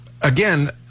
Again